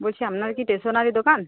বলছি আপনার কি ষ্টেশনারী দোকান